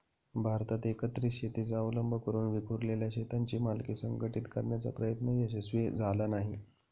भारतात एकत्रित शेतीचा अवलंब करून विखुरलेल्या शेतांची मालकी संघटित करण्याचा प्रयत्न यशस्वी झाला नाही